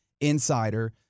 insider